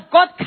God